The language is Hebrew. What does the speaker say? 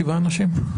שבעה אנשים?